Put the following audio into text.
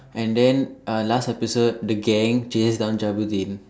and then uh last episode the gang chased down Jabudeen